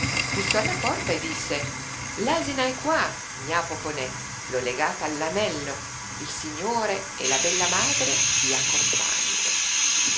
bussò alla porta e disse l'asina è qua gna poponè l'ho legata all'anello il signore e la bella madre vi accompagnino